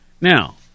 Now